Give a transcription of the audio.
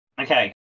Okay